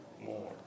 more